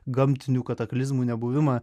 gamtinių kataklizmų nebuvimą